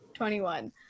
21